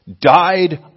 died